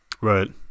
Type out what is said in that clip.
right